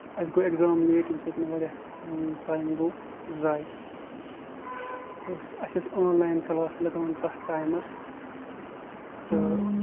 اَسہِ گوٚو exam late ییٚمہِ سۭتۍ مےٚ واریاہ ٹایم گوٚو زایہِ بہٕ اوسُس اَسہِ ٲسۍ آن لاین کلاس لگان تَتھ ٹایمَس